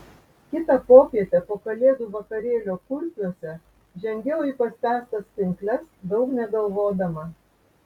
kitą popietę po kalėdų vakarėlio kurpiuose žengiau į paspęstas pinkles daug negalvodama